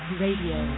radio